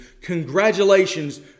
congratulations